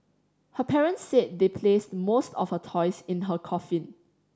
her parents said they placed most of her toys in her coffin